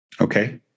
Okay